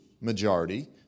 majority